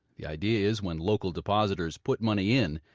the idea is, when local depositors put money in,